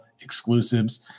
exclusives